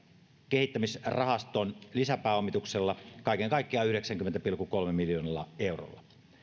kehittämisrahaston lisäpääomituksella kaiken kaikkiaan yhdeksälläkymmenellä pilkku kolmella miljoonalla eurolla